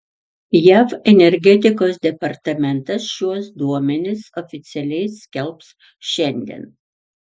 jav energetikos departamentas šiuos duomenis oficialiai skelbs šiandien